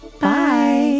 Bye